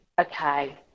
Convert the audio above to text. okay